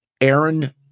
Aaron